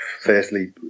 Firstly